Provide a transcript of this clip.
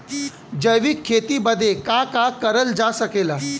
जैविक खेती बदे का का करल जा सकेला?